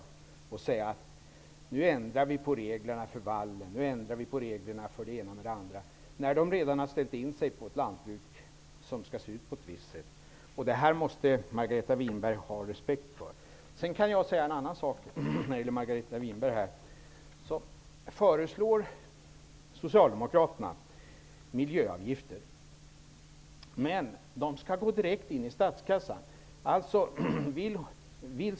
Vi kan inte säga att vi ändrar på reglerna för det ena och det andra när lantbrukarna har ställt in sig på ett lantbruk som skall se ut på ett visst sätt. Detta måste Margareta Winberg ha respekt för. Socialdemokraterna föreslår miljöavgifter som skall gå direkt in i statskassan.